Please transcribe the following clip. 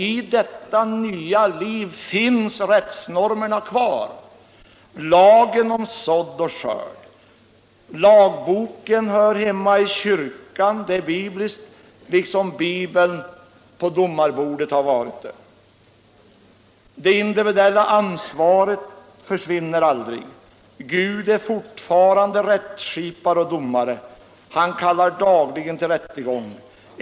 I detta nya liv finns rättsnormerna kvar; lagen om sådd och skörd, lagboken hör hemma i kyrkan, den är biblisk, liksom Bibeln har hört hemma på domarbordet. Det individuella ansvaret försvinner aldrig. Gud är fortfarande rättsskipare och domare. Han kallar dagligen till rättegång.